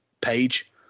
page